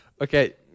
okay